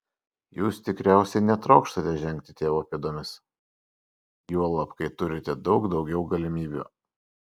jūs tikriausiai netrokštate žengti tėvo pėdomis juolab kai turite daug daugiau galimybių